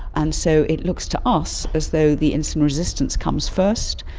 and so it looks to us as though the insulin resistance comes first,